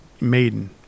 Maiden